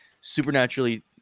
supernaturally